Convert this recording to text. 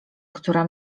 która